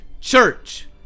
church